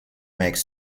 makes